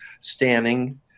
standing